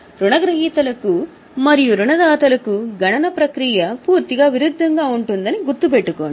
రుణగ్రహీతలకు మరియు రుణదాతలకు గణన ప్రక్రియ పూర్తిగా విరుద్ధంగా ఉంటుందని గుర్తుపెట్టుకోండి